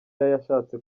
yashatse